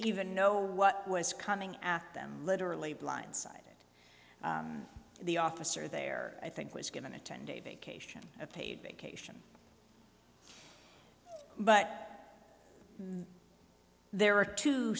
even know what was coming after them literally blindsided the officer there i think was given a ten day vacation a paid vacation but there are two